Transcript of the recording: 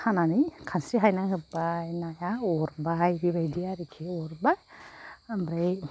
खानानै खानस्रि हाइनानै होबाय नाया अरबाय बेबायदि आरिखि अरबा ओमफ्राय